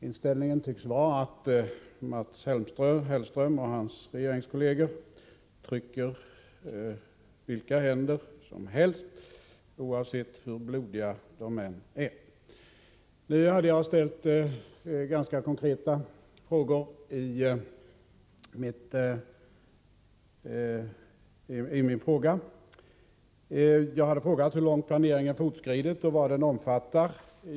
Inställningen tycks vara att Mats — Om handelsförbin Hellström och hans regeringskolleger trycker vilka händer som helst oavsett delser och utbild hur blodiga de är. ningssamarbete Jag har ställt ganska konkreta frågor. Jag har frågat hur långt planeringen — med Iran fortskridit och vad den omfattar.